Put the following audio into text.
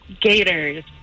Gators